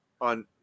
on